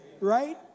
Right